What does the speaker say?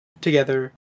together